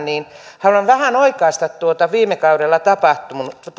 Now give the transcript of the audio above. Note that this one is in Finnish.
niin haluan vähän oikaista tuota viime kaudella tapahtunutta